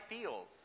feels